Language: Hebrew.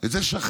את זה שכחו.